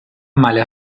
male